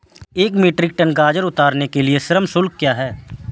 एक metric ton गाजर उतारने के लिए श्रम शुल्क क्या है?